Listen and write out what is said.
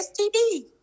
STD